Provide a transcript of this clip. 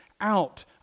out